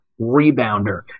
rebounder